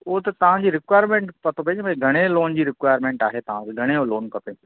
उहा त तव्हांजी रिक्वाएरमेंट पतो पिए न भई घणी लोन जी रिक्वाएरमेंट आहे तव्हांखे घणे जो लोन खपे